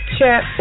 chat